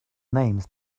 names